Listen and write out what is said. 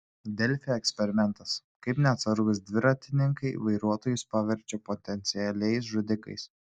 delfi eksperimentas kaip neatsargūs dviratininkai vairuotojus paverčia potencialiais žudikais